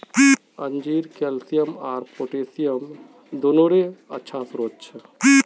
अंजीर कैल्शियम आर पोटेशियम दोनोंरे अच्छा स्रोत छे